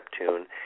Neptune